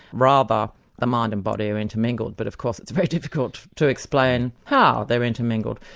rather the mind and body are intermingled, but of course it's very difficult to explain how they're intermingled.